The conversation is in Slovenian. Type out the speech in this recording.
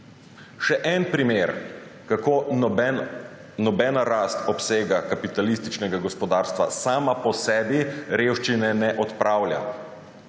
Še en primer, kako nobena rast obsega kapitalističnega gospodarstva sama po sebi revščine ne odpravlja.